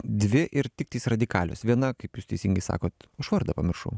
dvi ir tiktais radikalios viena kaip jūs teisingai sakot aš vardą pamiršau